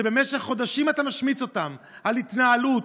שבמשך חודשים אתה משמיץ אותם על התנהלות,